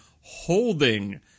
holding